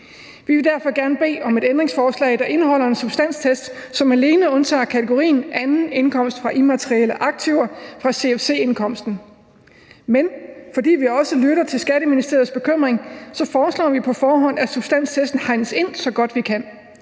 Vi vil derfor gerne bede om et ændringsforslag, der indeholder en substanstest, som alene undtager kategorien anden indkomst fra immaterielle aktiver fra CFC-indkomsten. Men fordi vi også lytter til Skatteministeriets bekymring, foreslår vi på forhånd, at substanstesten hegnes ind så godt, den kan.